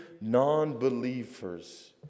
non-believers